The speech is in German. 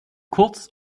kurz